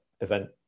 event